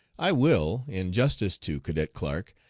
i will, in justice to cadet clark,